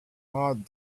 hard